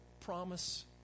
promise